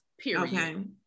period